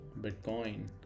Bitcoin